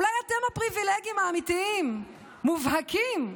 אולי אתם הפריבילגים האמיתיים, המובהקים.